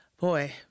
boy